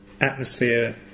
atmosphere